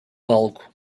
palco